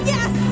Yes